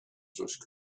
source